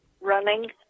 running